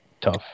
Tough